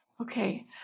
Okay